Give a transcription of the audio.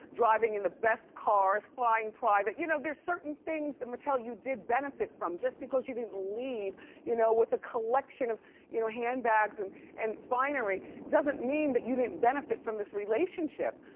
driving in the best cars, flying private. you know there's certain things that, meital, you did benefit from. just because you didn't leave you know with a collection of you know handbags and and finery, doesn't mean that you didn't benefit from this relationship.